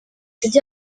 ibyo